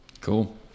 Cool